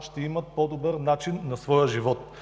ще имат по-добър начин на живот?